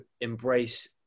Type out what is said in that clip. embrace